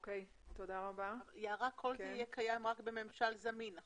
כל זה יהיה קיים רק בממשל זמין?